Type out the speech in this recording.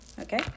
okay